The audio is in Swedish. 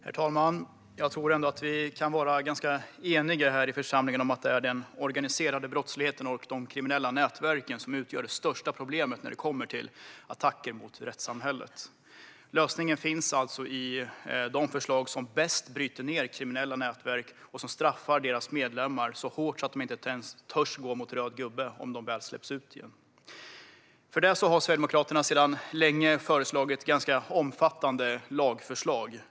Herr talman! Jag tror ändå att vi här i församlingen kan vara eniga om att det är den organiserade brottsligheten och de kriminella nätverken som utgör det största problemet när det gäller attacker mot rättssamhället. Lösningen finns alltså i de förslag som bäst bryter ned kriminella nätverk och som straffar deras medlemmar så hårt att de inte ens törs gå mot röd gubbe om de väl släpps ut igen. För detta har Sverigedemokraterna sedan länge lagt fram ganska omfattande lagförslag.